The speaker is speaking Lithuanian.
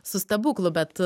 su stebuklu bet